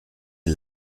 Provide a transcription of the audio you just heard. est